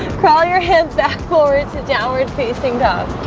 crawl your hips back forward to downward facing dog